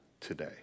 today